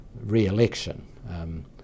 re-election